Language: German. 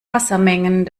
wassermengen